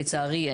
לצערי,